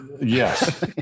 Yes